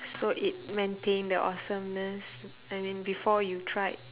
so it maintain the awesomeness I mean before you tried